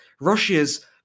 Russia's